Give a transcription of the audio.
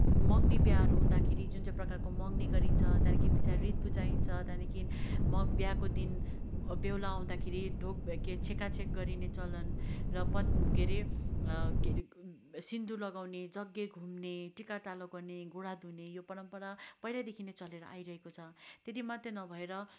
मँगनी बिहाहरू हुँदाखेरि जुन चाहिँ प्रकारको मँगनी गरिन्छ त्यहाँदेखि पछाडि रित बुझाइन्छ त्यहाँदेखि म बिहाको दिन बेहुला आउँदाखेरि ढोक भे छेकाछेक गरिने चलन र पत के रे के रे सिन्दुर लगाउने जग्गे घुम्ने टिकाटालो गर्ने गोडा धुने यो परम्परा पहिल्यैदेखि नै चलेर आइरहेको छ त्यति मात्रै नभएर